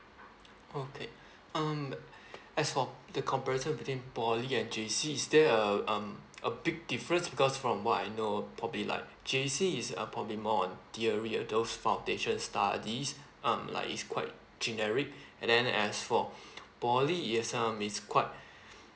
okay um as for the comparison between poly and J_C is there uh um a big difference because from what I know probably like J_C is uh probably more on theory and those foundations studies um like is quite generic and then as for poly is quite